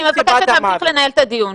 אני מבקשת להמשיך לנהל את הדיון.